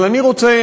אבל אני רוצה,